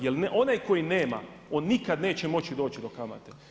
Jer onaj koji nema, on nikad neće moći doći do kamate.